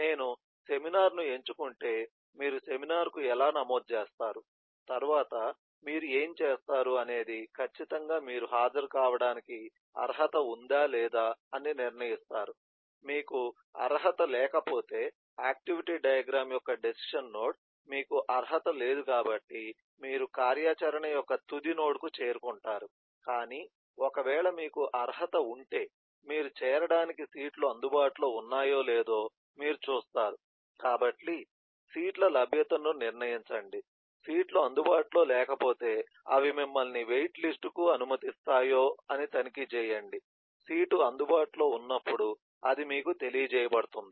నేను సెమినార్ను ఎంచుకుంటే మీరు సెమినార్కు ఎలా నమోదు చేస్తారు తర్వాత మీరు ఏమి చేస్తారు అనేది ఖచ్చితంగా మీరు హాజరు కావడానికి అర్హత ఉందా లేదా అని నిర్ణయిస్తారు మీకు అర్హత లేకపోతే ఆక్టివిటీ డయాగ్రమ్ యొక్క డెసిషన్ నోడ్ మీకు అర్హత లేదు కాబట్టి మీరు కార్యాచరణ యొక్క తుది నోడ్కు చేరుకుంటారు కానీ ఒకవేళ మీకు అర్హత ఉంటే మీరు చేరడానికి సీట్లు అందుబాటులో ఉన్నాయో లేదో మీరు చూస్తారు కాబట్టి సీట్ల లభ్యతను నిర్ణయించండి సీట్లు అందుబాటులో లేకపోతే అవి మిమ్మల్ని వెయిట్లిస్ట్కు అనుమతిస్తాయా అని తనిఖీ చేయండి సీటు అందుబాటులో ఉన్నప్పుడు అది మీకు తెలియజేయబడుతుంది